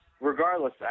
regardless